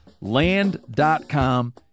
Land.com